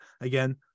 again